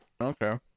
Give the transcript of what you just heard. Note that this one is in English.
Okay